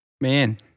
Man